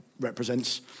represents